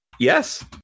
Yes